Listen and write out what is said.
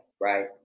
right